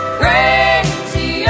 crazy